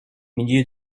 milieu